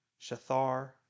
Shathar